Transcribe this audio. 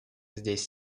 здесь